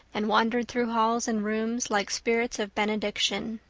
and wandered through halls and rooms like spirits of benediction.